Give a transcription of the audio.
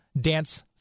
dance